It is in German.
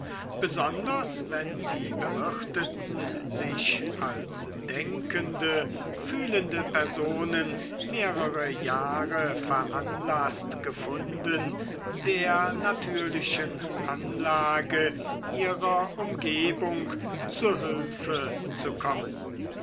besonders wenn die bewirtenden sich als denkende fühlende personen mehrere jahre veranlaßt gefunden der natürlichen anlage ihrer umgebung zu hülfe zu kommen